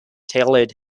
tailored